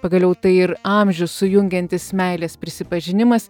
pagaliau tai ir amžius sujungiantis meilės prisipažinimas